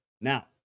Now